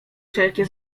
wszelkie